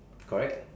correct